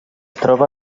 troba